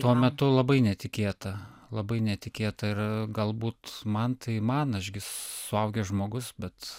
tuo metu labai netikėta labai netikėta ir galbūt man tai man aš suaugęs žmogus bet